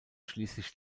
schließlich